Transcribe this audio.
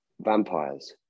Vampires